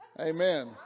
Amen